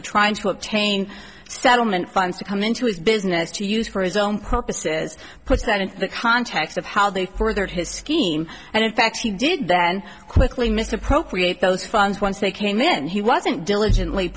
of trying to obtain settlement funds to come into his business to use for his own purposes puts that in the context of how they furthered his scheme and in fact he did then quickly misappropriate those funds once they came in he wasn't diligently